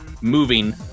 moving